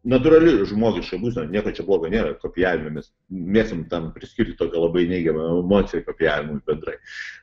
natūrali žmogiška būsena nieko čia blogo nėra kopijavimas mėgstam tam priskirt tokią labai neigiamą emociją kopijavimui bendrai